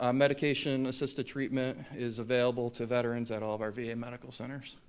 um medication assisted treatment is available to veterans at all our va medical centers.